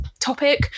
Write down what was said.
topic